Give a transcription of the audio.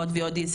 הוט וי-או-די,